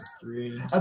three